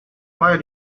why